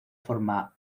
forma